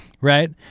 right